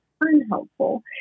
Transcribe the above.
unhelpful